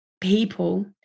people